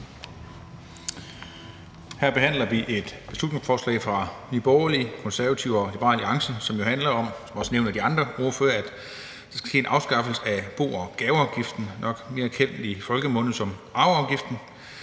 Her behandler vi et beslutningsforslag fra Nye Borgerlige, Konservative og Liberal Alliance, som jo handler om, som også nævnt af de andre ordførere, at der skal ske en afskaffelse af bo- og gaveafgiften – nok mere kendt i folkemunde som arveafgiften.